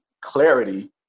clarity